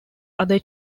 other